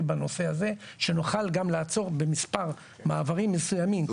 בנושא הזה שנוכל גם לעצור במספר מעברים מסוימים.